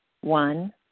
One